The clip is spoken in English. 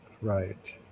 right